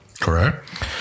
Correct